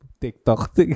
TikTok